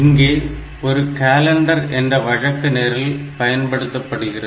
இங்கே ஒரு கலண்டர் என்ற வழக்க நிரல் பயன்படுத்தப்படுகிறது